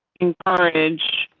encourage